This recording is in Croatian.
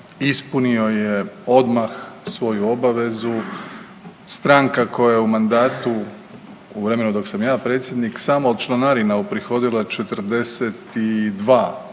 ispunio je odmah svoju obavezu. Stranka koja je u mandatu, u vremenu dok sam ja predsjednik, samo od članarina uprihodila 42 čini